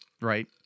right